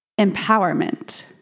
empowerment